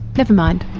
never mind.